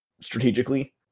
strategically